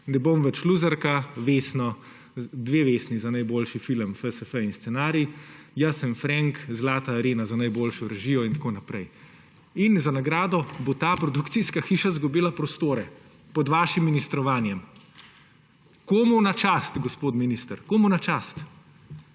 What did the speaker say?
Ne bom več luzerka, dve Vesni, za najboljši film FSF in scenarij; Jaz sem Frenk, zlata arena za najboljšo režijo, in tako naprej. Za nagrado bo ta produkcijska hiša pod vašim ministrovanjem izgubila prostore. Komu na čast, gospod minister? Komu na čast?